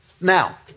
Now